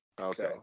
Okay